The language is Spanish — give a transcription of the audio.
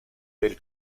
del